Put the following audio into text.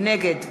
נגד